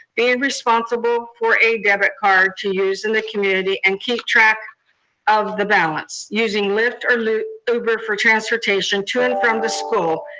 being responsible for a debit card to use in the community, and keep track of the balance. using lyft or uber for transportation to and from the school,